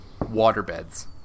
waterbeds